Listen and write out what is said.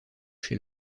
chez